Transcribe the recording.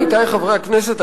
עמיתי חברי הכנסת,